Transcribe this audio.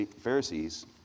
Pharisees